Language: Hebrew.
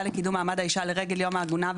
לקידום מעמד האישה לרגל יום העגונה,